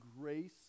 grace